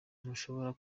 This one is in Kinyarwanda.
ntushobora